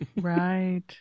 Right